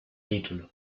título